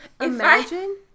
Imagine